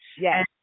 Yes